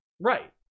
right